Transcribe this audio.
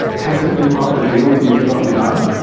can't it be part of the deal that you give up your data?